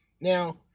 Now